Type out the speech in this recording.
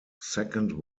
second